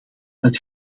het